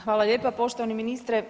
Hvala lijepa poštovani ministre.